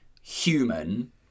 human